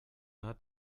hat